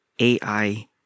AI